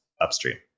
Upstream